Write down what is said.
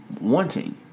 wanting